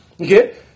Okay